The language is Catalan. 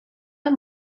amb